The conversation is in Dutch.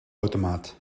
automaat